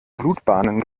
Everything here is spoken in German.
blutbahnen